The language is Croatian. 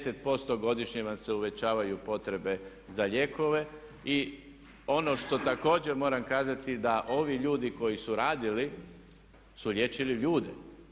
10% godišnje vam se uvećavaju potrebe za lijekove i ono što također moram kazati da ovi ljudi koji su radili su liječili ljude.